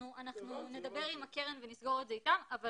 אנחנו נדבר עם הקרן ונסגור את זה איתם.